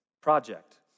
project